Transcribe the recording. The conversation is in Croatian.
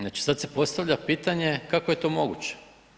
Znači sada se postavlja pitanje kako je to moguće.